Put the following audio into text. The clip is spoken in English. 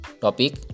topic